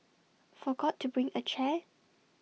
forgot to bring A chair